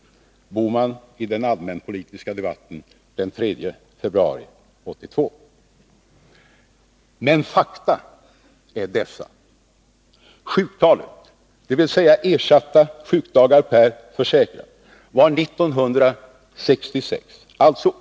Detta sade Gösta Bohman i den allmänpolitiska debatten den 3 februari 1982.